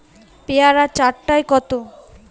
পেয়ারা চার টায় কত?